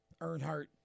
Earnhardt